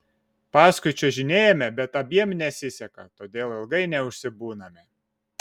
paskui čiuožinėjame bet abiem nesiseka todėl ilgai neužsibūname